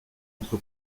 entre